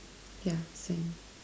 yeah same